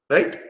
Right